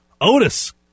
Otis